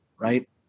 right